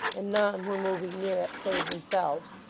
and none were moving near it save themselves.